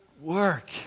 work